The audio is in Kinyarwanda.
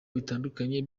bitandukanye